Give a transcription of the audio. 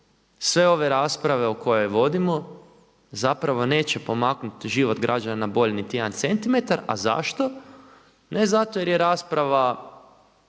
sve ove rasprave koje vodimo zapravo neće pomaknuti život građana na bolje niti jedna centimetar. A zašto? Ne zato jer je rasprava,